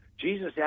Jesus